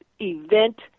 Event